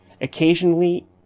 Occasionally